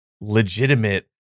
legitimate